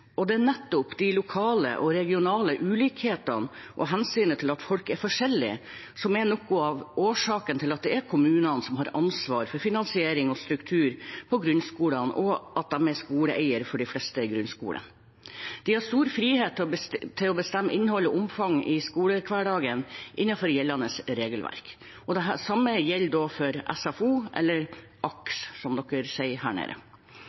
og det er nettopp de lokale og regionale ulikhetene – og hensynet til at folk er forskjellige – som er noe av årsaken til at det er kommunene som har ansvaret for finansiering og struktur på grunnskolene, og at de er skoleeier for de fleste grunnskolene. De har stor frihet til å bestemme innhold og omfang i skolehverdagen innenfor gjeldende regelverk, og det samme gjelder da for SFO, eller AKS, som man sier her nede.